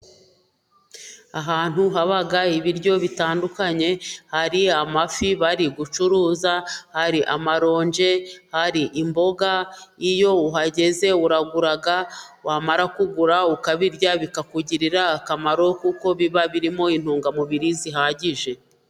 Ahantu haba ibiryo bitandukanye, hari amafi bari gucuruza, hari amaronje, hari imboga. Iyo uhageze uragura, wamara kugura ukabirya bikakugirira akamaro kuko biba birimo intungamubiri zihagije.